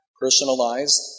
personalized